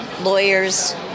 lawyers